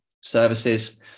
services